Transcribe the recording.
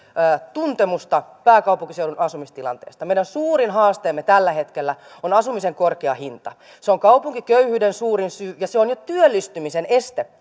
tuntemusta pääkaupunkiseudun asumistilanteesta meidän suurin haasteemme tällä hetkellä on asumisen korkea hinta se on kaupunkiköyhyyden suurin syy ja se on jo työllistymisen este